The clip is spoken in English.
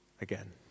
again